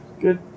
Good